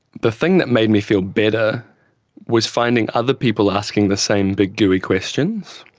the thing that made me feel better was finding other people asking the same big gooey questions,